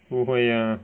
不会 ah